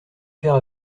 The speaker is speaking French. faire